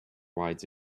rides